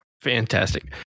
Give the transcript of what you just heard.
fantastic